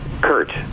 Kurt